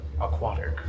aquatic